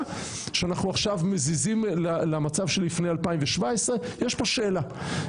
שאנחנו עכשיו מזיזים למצב שלפני 2017. יש פה שאלה.